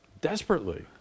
desperately